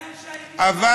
אבל,